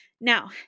Now